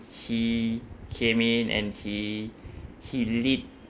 he came in and he he lead